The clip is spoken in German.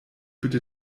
bitte